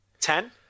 Ten